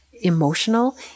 emotional